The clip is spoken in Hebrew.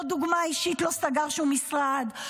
לא דוגמה אישית, לא סגר שום משרד.